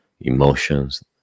emotions